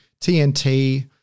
TNT